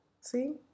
See